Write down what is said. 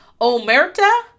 Omerta